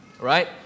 right